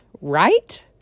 right